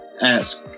ask